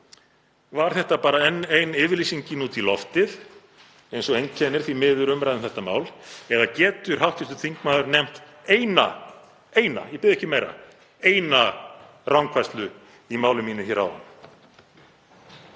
Var þetta bara enn ein yfirlýsingin út í loftið eins og einkennir því miður umræðu um þetta mál? Eða getur hv. þingmaður nefnt eina, ég bið ekki meira, eina rangfærslu í máli mínu hér?